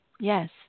Yes